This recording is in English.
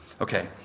Okay